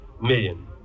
million